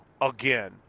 again